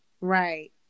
right